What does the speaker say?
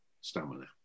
stamina